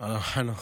אלהואשלה.